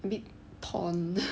a bit torn